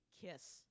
kiss